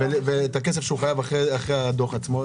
ואת הכסף שהוא חייב, אחרי הדוח עצמו?